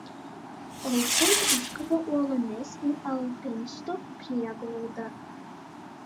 auštant užkopiau uolomis į alpinistų prieglaudą